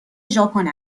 ژاپن